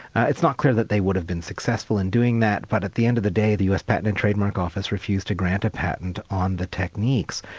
it's not clear that they would have been successful in doing that but at the end of the day the us patent and trademark office refused to grant a patent on the techniques.